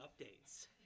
updates